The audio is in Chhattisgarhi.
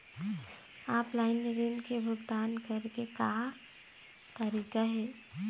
ऑफलाइन ऋण के भुगतान करे के का तरीका हे?